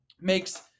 makes